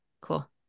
cool